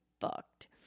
fucked